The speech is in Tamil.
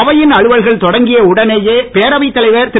அவையின் அலுவல்கள் தொடங்கிய உடனேயே பேரவைத் தலைவர் திரு